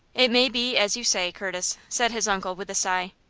it may be as you say, curtis, said his uncle, with a sigh.